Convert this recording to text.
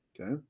Okay